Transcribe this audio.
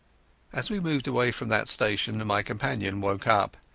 as we moved away from that station my companion woke up.